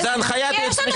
זאת הנחיית הייעוץ המשפטי?